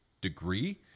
degree